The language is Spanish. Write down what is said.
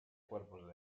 cuerpos